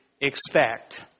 expect